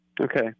okay